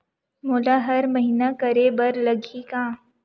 मोला हर महीना करे बर लगही का?